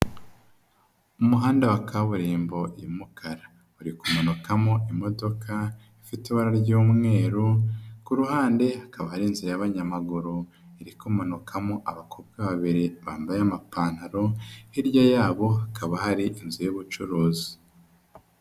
Umuhanda wa kaburimbo y'umukara, uri kumanukamo imodoka ifite ibara ry'umweru, ku ruhande hakaba ari inzira y'abanyamaguru, irikomanukamo abakobwa babiri bambaye amapantaro, hirya yabo hakaba hari inzu y'ubucuruzi.